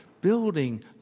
building